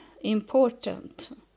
important